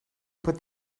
put